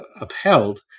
upheld